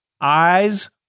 eyes